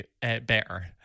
better